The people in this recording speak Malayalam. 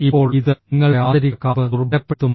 ഇപ്പോൾ ഇത് നിങ്ങളുടെ ആന്തരിക കാമ്പ് ദുർബലപ്പെടുത്തും